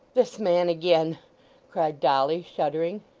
this man again cried dolly, shuddering.